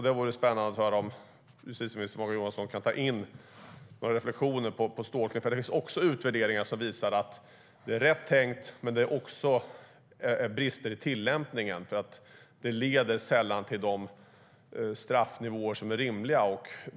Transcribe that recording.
Det vore spännande att höra justitieminister Morgan Johanssons reflexioner på stalkning. Det finns utvärderingar som visar att det är rätt tänkt, men det finns också brister i tillämpningen. Det leder sällan till de straffnivåer som är rimliga.